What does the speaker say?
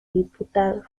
diputados